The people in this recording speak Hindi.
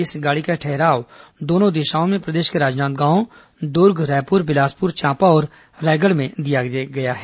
इस गाड़ी का ठहराव दोनों दिशाओं में प्रदेश के राजनांदगांव दुर्ग रायपुर बिलासपुर चांपा और रायगढ़ में दिया गया है